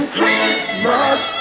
Christmas